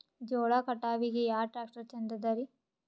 ಜೋಳ ಕಟಾವಿಗಿ ಯಾ ಟ್ಯ್ರಾಕ್ಟರ ಛಂದದರಿ?